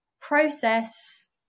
process